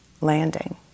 landing